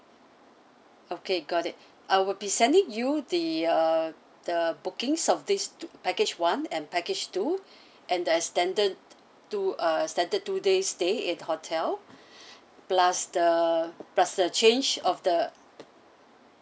okay got it I will be sending you the uh the bookings of these two package one and package two and the extended two uh extended two days stay in hotel plus the plus change of the